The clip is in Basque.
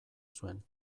zuen